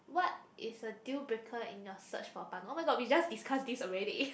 what is a deal breaker in your search for partner oh-my-god we just discuss this already